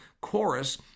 chorus